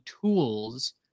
tools